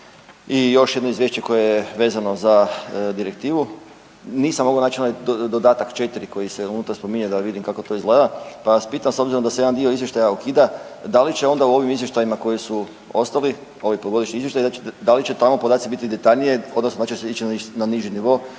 i još jedno izvješće koje je vezano za direktivu. Nisam mogao naći onaj dodatak četiri koji se unutra spominje da vidim kako to izgleda, pa vas pitam s obzirom da se jedan dio izvještaja ukida, da li će onda u ovim izvještajima koji su ostali ovi polugodišnji izvještaji da li će tamo podaci biti detaljnije odnosno da li će se ići na niži nivo